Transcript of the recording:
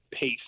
pace